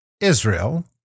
Israel